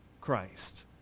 Christ